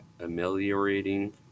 ameliorating